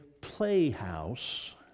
playhouse